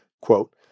quote